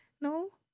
no